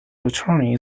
attorney